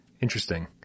Interesting